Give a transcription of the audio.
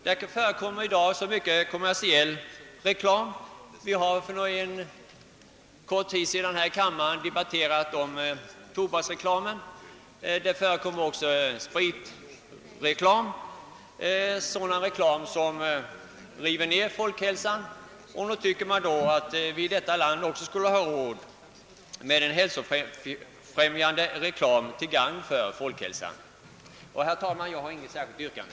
Det förekommer i dag så mycket kommersiell reklam. Vi har för en kort stund sedan här i kammaren debatterat tobaksreklam; det förekommer också spritreklam och annan reklam för sådant som bryter ned folkhälsan. Nog tycker man då att vi i detta land också borde ha råd med en hälsofrämjande reklam till gagn för folkhälsan. Herr talman! Jag har inget särskilt yrkande.